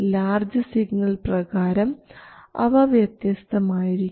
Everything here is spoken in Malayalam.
ലാർജ് സിഗ്നൽ പ്രകാരം അവ വ്യത്യസ്തമായിരിക്കും